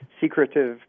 secretive